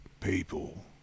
people